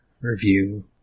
review